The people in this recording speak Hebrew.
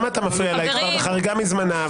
חרגה מזמנה.